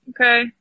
okay